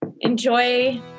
Enjoy